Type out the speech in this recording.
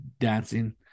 dancing